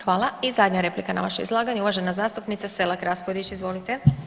Hvala i zadnja replika na vaše izlaganje uvažena zastupnica Selak Raspudić, izvolite.